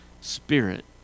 Spirit